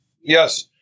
yes